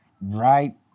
Right